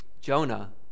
Jonah